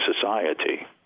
society